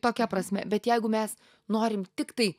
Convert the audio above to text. tokia prasme bet jeigu mes norim tiktai